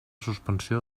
suspensió